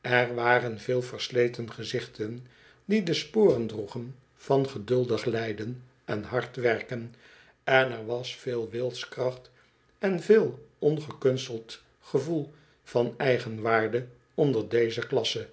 er waren veel versleten gezichten die de sporen droegen van geduldig lijden en hard werken en er was veel wilskracht en veel ongekunsteld gevoel van eigenwaarde onder deze klasse